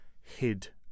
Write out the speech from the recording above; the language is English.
hid